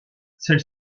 celle